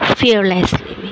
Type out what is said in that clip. fearlessly